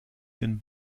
den